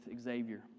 Xavier